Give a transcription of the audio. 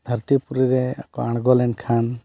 ᱫᱷᱟᱹᱨᱛᱤᱯᱩᱨᱤ ᱨᱮᱠᱚ ᱟᱬᱜᱚ ᱞᱮᱱᱠᱷᱟᱱ